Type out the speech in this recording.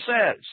says